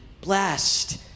blessed